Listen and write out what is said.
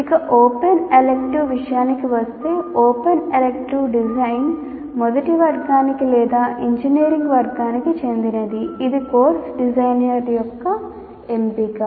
ఇక open electives విషయానికి వస్తే ఓపెన్ ఎలెక్టివ్ డిజైన్ మొదటి వర్గానికి లేదా ఇంజనీరింగ్ వర్గానికి చెందినది ఇది కోర్సు డిజైనర్ యొక్క ఎంపిక